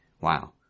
Wow